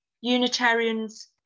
Unitarians